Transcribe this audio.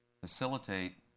facilitate